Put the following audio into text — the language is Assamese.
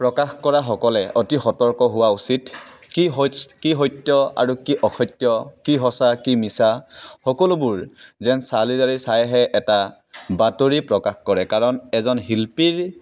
প্ৰকাশ কৰাসকলে অতি সতৰ্ক হোৱা উচিত কি স সত্য আৰু কি অসত্য কি সঁচা কি মিছা সকলোবোৰ যেন চালি জাৰি চাইহে এটা বাতৰি প্ৰকাশ কৰে কাৰণ এজন শিল্পীৰ